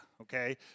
okay